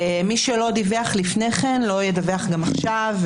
מי שלא דיווח לפני כן לא ידווח גם עכשיו,